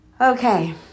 Okay